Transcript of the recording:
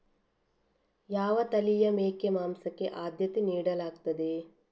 ಯಾವ ತಳಿಯ ಮೇಕೆ ಮಾಂಸಕ್ಕೆ ಆದ್ಯತೆ ನೀಡಲಾಗ್ತದೆ?